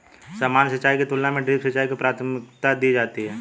सामान्य सिंचाई की तुलना में ड्रिप सिंचाई को प्राथमिकता दी जाती है